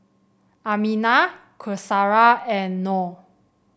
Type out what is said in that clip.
Aminah Qaisara and Noh